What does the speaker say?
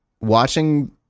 Watching